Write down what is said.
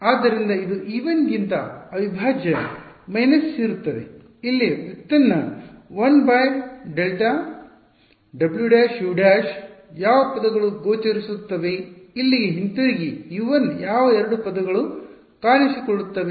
ಆದ್ದರಿಂದ ಇದು e1 ಗಿಂತ ಅವಿಭಾಜ್ಯ ಮೈನಸ್ ಇರುತ್ತದೆ ಇಲ್ಲಿ ವ್ಯುತ್ಪನ್ನ 1Δ W′U ′ ಯಾವ ಪದಗಳು ಗೋಚರಿಸುತ್ತವೆ ಇಲ್ಲಿಗೆ ಹಿಂತಿರುಗಿ U1 ಯಾವ ಎರಡು ಪದಗಳು ಕಾಣಿಸಿಕೊಳ್ಳುತ್ತವೆ